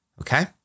okay